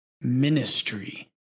ministry